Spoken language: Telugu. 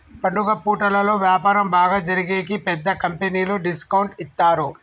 పండుగ పూటలలో వ్యాపారం బాగా జరిగేకి పెద్ద కంపెనీలు డిస్కౌంట్ ఇత్తారు